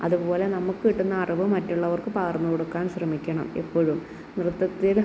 അതുപോലെ നമുക്ക് കിട്ടുന്ന അറിവ് മറ്റുള്ളവർക്ക് പകർന്ന് കൊടുക്കാൻ ശ്രമിക്കണം എപ്പഴും നൃത്തത്തില്